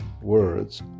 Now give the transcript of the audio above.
words